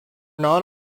not